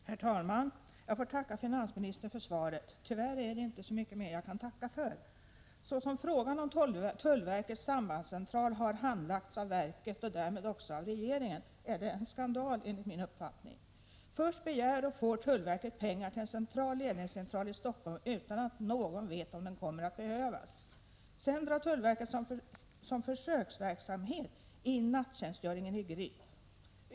Herr talman! Jag får tacka finansministern för svaret. Tyvärr är det inte mycket mer jag kan tacka för. Så som frågan om tullverkets sambandscentral har handlagts av verket och därmed också av regeringen är det en skandal enligt min uppfattning. Först begär och får tullverket pengar till en central ledningscentral i Stockholm utan att någon vet om den kommer att behövas. Sedan drar tullverket, såsom försöksverksamhet, in nattjänstgöringen i Gryt.